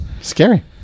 scary